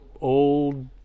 old